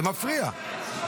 זה מפריע.